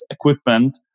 equipment